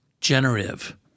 generative